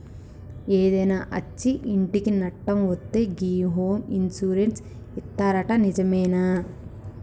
ఏదైనా అచ్చి ఇంటికి నట్టం అయితే గి హోమ్ ఇన్సూరెన్స్ ఇత్తరట నిజమేనా